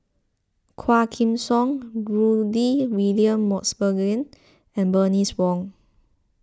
Quah Kim Song Rudy William Mosbergen and Bernice Wong